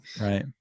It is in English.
Right